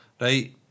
right